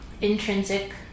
intrinsic